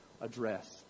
address